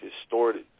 distorted